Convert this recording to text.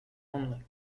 only